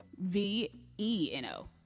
V-E-N-O